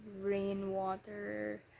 rainwater